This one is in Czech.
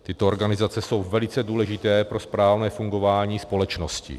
Tyto organizace jsou velice důležité pro správné fungování společnosti.